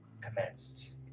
commenced